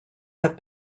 have